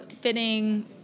fitting